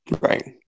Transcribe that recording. Right